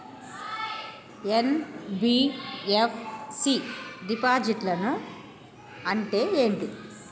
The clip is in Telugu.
ఎన్.బి.ఎఫ్.సి డిపాజిట్లను అంటే ఏంటి?